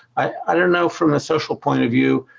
i don't know from a social point of view